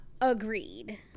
Agreed